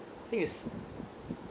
I think it's